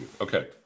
Okay